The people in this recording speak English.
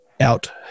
out